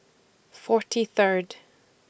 forty Third